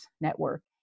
network